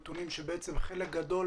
נתונים שבעצם חלק גדול